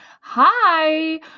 hi